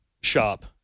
shop